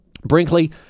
Brinkley